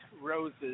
roses